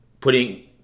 Putting